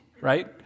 right